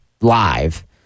live